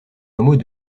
hameau